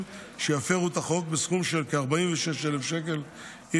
שיפרו את החוק בסכום של כ-46,000 שקלים חדשים,